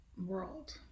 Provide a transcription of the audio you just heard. world